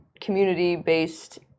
community-based